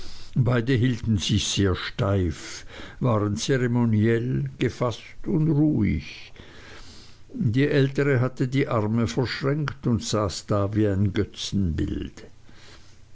beide hielten sich sehr steif waren zeremoniell gefaßt und ruhig die ältere hatte die arme verschränkt und saß da wie ein